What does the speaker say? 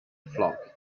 flock